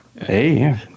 Hey